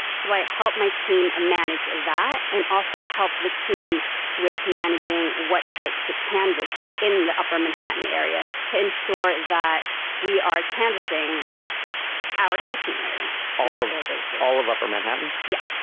so i helped my team manage that and also helped the team with managing what sites to canvass in the upper manhattan area to ensure that we are canvassing our catchment area all um of their base all of upper manhattan. yeah.